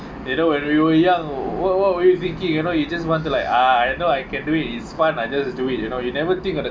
you know when we were young what what were you thinking you know you just want to like ah I know I can do it is fun I just do it you know you never think of the